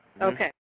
Okay